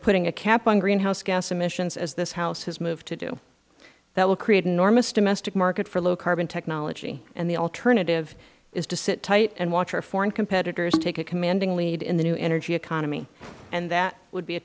putting a cap on greenhouse gas emissions as this house has moved to do that will create an enormous domestic market for low carbon technology and the alternative is to sit tight and watch our foreign competitors take a commanding lead in the new energy economy and that would be a